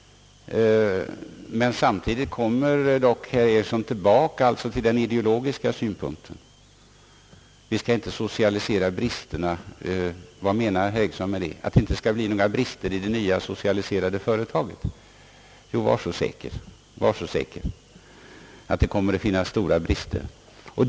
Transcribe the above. Samtidigt kommer dock herr Ericsson tillbaka till den ideologiska synpunkten, Vi skall inte socialisera bristerna — vad menar herr Ericsson med det? Att det inte skall bli några brister i det nya socialiserade företaget? Jo, var så säker att det kommer att finnas stora brister.